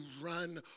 run